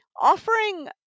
offering